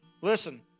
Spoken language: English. listen